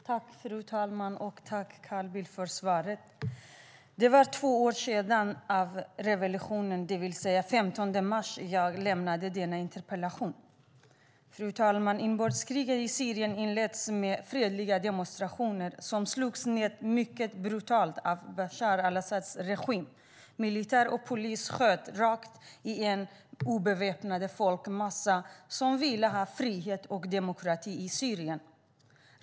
Fru talman! Tack för svaret, Carl Bildt! Jag lämnade in denna interpellation två år efter det att revolutionen startade, det vill säga den 15 mars. Fru talman! Inbördeskriget i Syrien inleddes med fredliga demonstrationer som slogs ned mycket brutalt av Bashar al-Asads regim. Militär och polis sköt rakt in i en obeväpnad folkmassa som ville ha frihet och demokrati i Syrien.